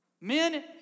Men